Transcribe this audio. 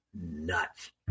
nuts